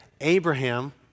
Abraham